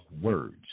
words